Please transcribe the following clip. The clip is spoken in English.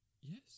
Yes